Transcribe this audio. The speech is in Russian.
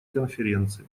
конференции